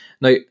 Now